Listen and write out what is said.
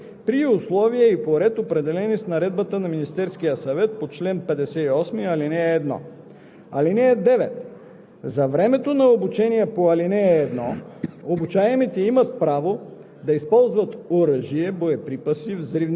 квалификация „Офицер от резерва“, се заплаща част от семестриалната такса за обучение в съответното висше училище при условия и по ред, определени с наредбата на Министерския